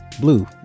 Blue